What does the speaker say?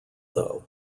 though